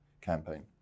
campaign